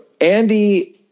Andy